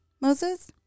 Moses